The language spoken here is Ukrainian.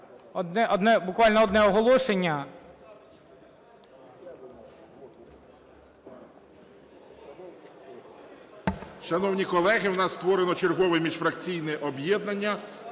буквально одне оголошення.